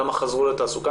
כמה חזרו לתעסוקה.